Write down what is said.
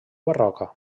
barroca